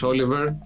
Oliver